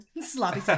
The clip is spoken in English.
Sloppy